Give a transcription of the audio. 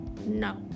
No